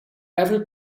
every